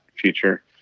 future